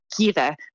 together